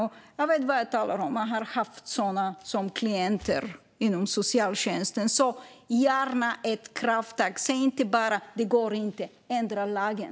Jag vet vad jag talar om; jag har haft sådana som klienter inom socialtjänsten. Alltså: Ta gärna ett krafttag! Säg inte bara att det inte går. Ändra lagen!